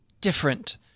Different